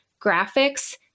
graphics